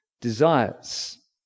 desires